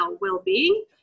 well-being